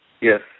Yes